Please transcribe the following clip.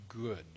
good